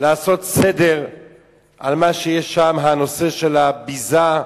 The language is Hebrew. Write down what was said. לעשות סדר במה שיש שם, הנושא של הביזה,